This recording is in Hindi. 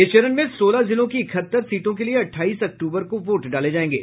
इस चरण में सोलह जिलों की इकहत्तर सीटों के लिए अट्ठाईस अक्तूबर को वोट डाले जाएंगे